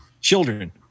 children